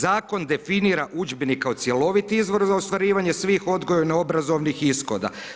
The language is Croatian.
Zakon definira udžbenik kao cjeloviti izvor za ostvarivanje svih odgojno obrazovnih ishoda.